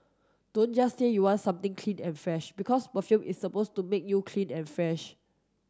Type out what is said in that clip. don't just say you want something clean and fresh because perfume is supposed to make you clean and fresh